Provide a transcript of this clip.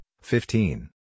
fifteen